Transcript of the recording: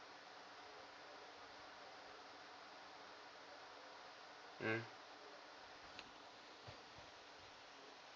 mm